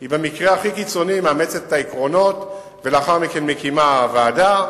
היא במקרה הכי קיצוני מאמצת את העקרונות ולאחר מכן מקימה ועדה,